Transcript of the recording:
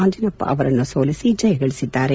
ಆಂಜಿನಪ್ಪ ಅವರನ್ನು ಸೋಲಿಸಿ ಜಯ ಗಳಿಸಿದ್ದಾರೆ